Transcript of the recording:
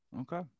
Okay